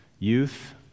Youth